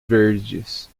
verdes